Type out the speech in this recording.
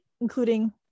including